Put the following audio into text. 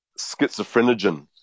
schizophrenogen